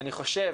אני חושב